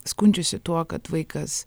skundžiasi tuo kad vaikas